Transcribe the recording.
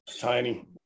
tiny